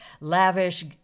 lavish